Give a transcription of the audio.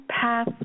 path